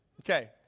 okay